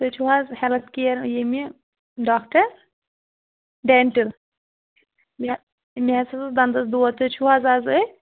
تُہۍ چھُو حظ ہیلٕتھ کیر ییٚمہِ ڈاکٹر ڈینٛٹٕل یا مےٚ حظ اوس دَنٛدَس دود تُہۍ چھُو حظ اَز أتھۍ